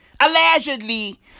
Allegedly